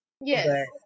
Yes